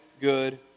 good